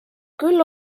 küll